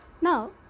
Now